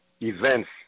events